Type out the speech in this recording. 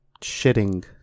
shitting